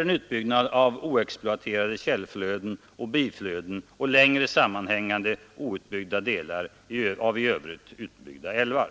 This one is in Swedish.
en utbyggnad av oexploaterade källflöden och biflöden och längre sammanhängande outbyggda delar av i övrigt utbyggda älvar.